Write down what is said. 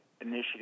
Initiative